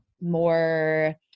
more